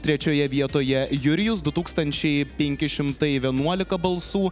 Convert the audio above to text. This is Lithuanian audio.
trečioje vietoje jurijus du tūkstančiai penki šimtai vienuolika balsų